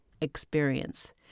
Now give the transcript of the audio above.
experience